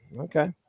Okay